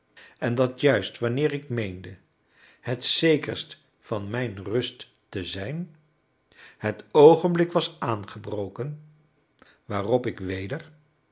en dat juist wanneer ik meende het zekerst van mijn rust te zijn het oogenblik was aangebroken waarop ik weder